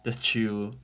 just chill